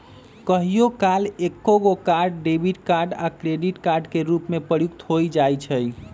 कहियो काल एकेगो कार्ड डेबिट कार्ड आ क्रेडिट कार्ड के रूप में प्रयुक्त हो जाइ छइ